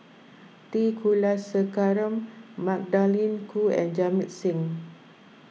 T Kulasekaram Magdalene Khoo and Jamit Singh